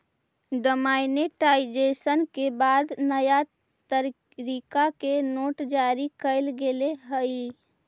demonetisation के बाद नया प्तरीका के नोट जारी कैल गेले हलइ